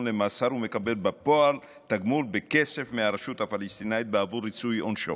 למאסר ומקבל בפועל תגמול בכסף מהרשות הפלסטינית בעבור ריצוי עונשו,